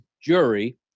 jury